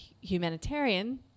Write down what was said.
humanitarian